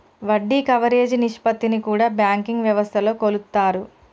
వడ్డీ కవరేజీ నిష్పత్తిని కూడా బ్యాంకింగ్ వ్యవస్థలో కొలుత్తారు